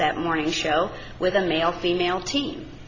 that morning show with a male female team